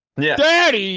Daddy